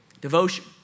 Devotion